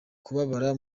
kubabara